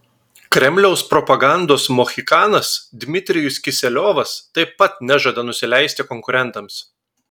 kremliaus propagandos mohikanas dmitrijus kiseliovas taip pat nežada nusileisti konkurentams